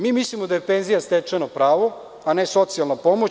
Mi mislimo da je penzija stečeno pravo, a ne socijalna pomoć.